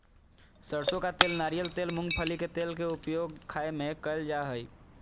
सरसों का तेल नारियल तेल मूंगफली के तेल के उपयोग खाय में कयल जा हइ